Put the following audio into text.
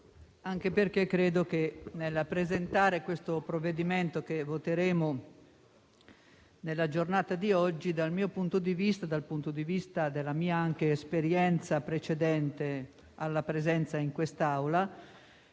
anche perché credo che nel presentare il provvedimento che voteremo nella giornata di oggi, dal punto di vista della mia esperienza precedente alla presenza in questa Aula,